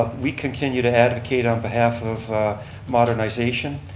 we continue to advocate on behalf of modernization.